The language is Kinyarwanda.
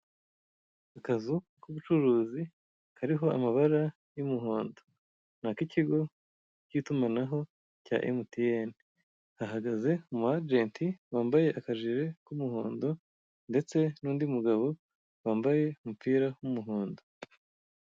akazu k'ubucuruzi kariho amabara y'umuhondo nakikigo k'itumanaho rya mtn hahagaze umwagenti wambaye akajire k'umuhondo ndetse nundi mugabo wambaye umupira w'umuhondo